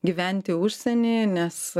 gyventi užsieny nes